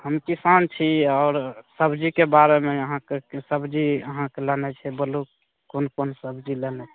हम किसान छी आओर सबजीके बारेमे अहाँके सबजी अहाँके लेनाइ छै बोलू कोन कोन सबजी लेनाइ